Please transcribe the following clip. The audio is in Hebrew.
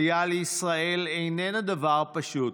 עלייה לישראל אינה דבר פשוט.